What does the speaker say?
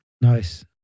Nice